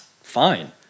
fine